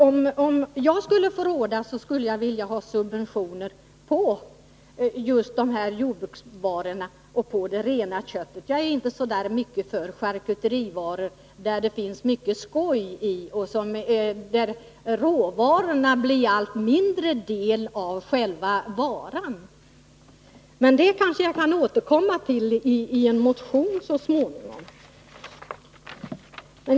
Ja, om jag skulle få råda, så skulle jag vilja ha subventioner på just de här jordbruksvarorna och på det rena köttet. Jag är inte så mycket för charkuterivaror. Där förkommer det mycket skoj, och råvarorna blir en allt mindre del av själva varan. Men det kanske jag kan återkomma till i en motion så småningom.